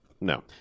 no